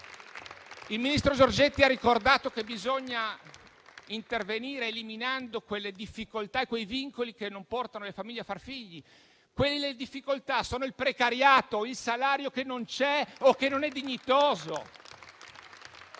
Il ministro Giorgetti ha ricordato che bisogna intervenire eliminando le difficoltà e i vincoli che portano le famiglie a non fare figli. Quelle difficoltà sono il precariato, il salario che non c'è o che non è dignitoso.